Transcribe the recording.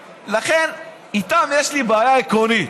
לכן, איתם יש לי בעיה עקרונית.